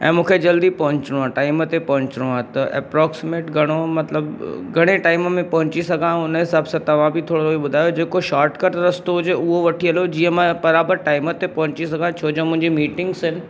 ऐं मूंखे जल्दी पहुचणो आहे टाइम ते पहुचणो आहे त अप्प्रोक्सिमेट घणो मतिलबु घणे टाइम में पहुची सघां हुन हिसाब सां तव्हां बि थोरो ॿुधायो जेको शॉर्टकट रस्तो हुजे उहो वठी हलो जीअं मां बराबरि टाइम ते पहुंची सघां छोजो मुंहिंजी मीटिंग्स आहिनि